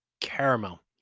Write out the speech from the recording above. caramel